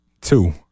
Two